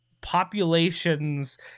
populations